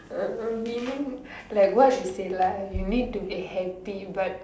uh winning like what is it like you need to be happy but